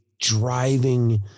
driving